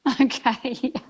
Okay